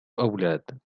أولاد